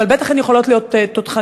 אבל בטח הן יכולות להיות תותחניות,